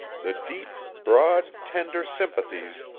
the deep, broad, tender sympathies,